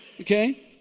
okay